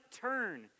turn